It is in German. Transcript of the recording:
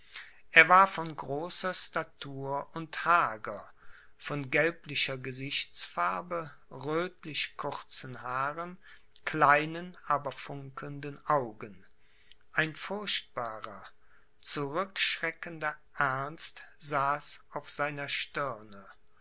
er war von großer statur und hager von gelblicher gesichtsfarbe röthlichen kurzen haaren kleinen aber funkelnden augen ein furchtbarer zurückschreckender ernst saß auf seiner stirne